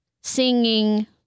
singing